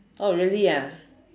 oh really ah